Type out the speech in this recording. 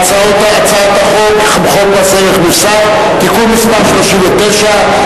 הצעת חוק מס ערך מוסף (תיקון מס' 39),